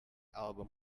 album